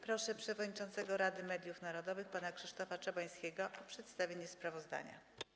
Proszę przewodniczącego Rady Mediów Narodowych pana Krzysztofa Czabańskiego o przedstawienie sprawozdania.